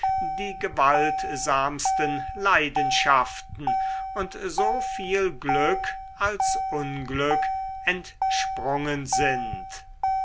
die gewaltsamsten leidenschaften und so viel glück als unglück entsprungen sind